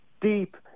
deep